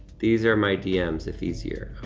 these are my dms if easier.